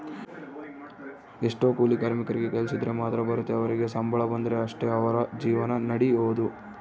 ಎಷ್ಟೊ ಕೂಲಿ ಕಾರ್ಮಿಕರಿಗೆ ಕೆಲ್ಸಿದ್ರ ಮಾತ್ರ ಬರುತ್ತೆ ಅವರಿಗೆ ಸಂಬಳ ಬಂದ್ರೆ ಅಷ್ಟೇ ಅವರ ಜೀವನ ನಡಿಯೊದು